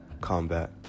combat